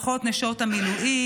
משפחות נשות המילואים,